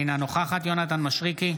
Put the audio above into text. אינה נוכחת יונתן מישרקי,